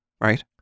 right